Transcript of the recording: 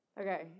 Okay